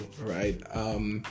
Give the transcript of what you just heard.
right